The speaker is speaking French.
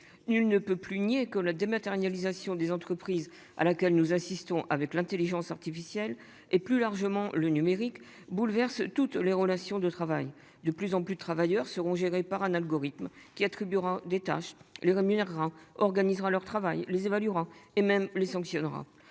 Nul ne peut plus nier que la dématérialisation des entreprises à laquelle nous assistons avec l'Intelligence artificielle et plus largement le numérique bouleverse toutes les relations de travail de plus en plus de travailleurs seront géré par un algorithme qui attribuera des tâches les rémunérera organisera leur travail les évaluera et même les sanctionnera,